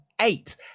eight